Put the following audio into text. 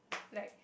like